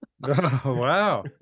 Wow